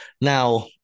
now